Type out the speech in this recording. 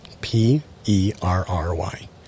P-E-R-R-Y